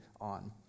on